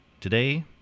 Today